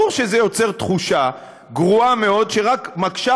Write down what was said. ברור שזה יוצר תחושה גרועה מאוד שרק מקשה